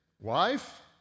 Wife